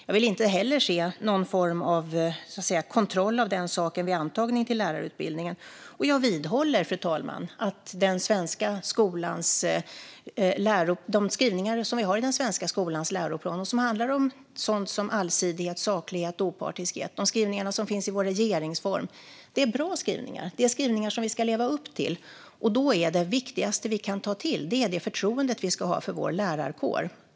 Jag vill inte heller se någon form av kontroll vid antagningen till lärarutbildningen. Jag vidhåller att de skrivningar som finns i den svenska skolans läroplan, som handlar om allsidighet, saklighet och opartiskhet och de skrivningar som finns i vår regeringsform, är bra skrivningar. Det är skrivningar som vi ska leva upp till. Då är det viktigaste det förtroende vi ska ha för vår lärarkår.